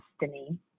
destiny